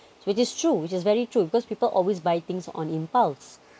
which is true which is very true because people always buy things on impulse